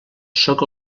sóc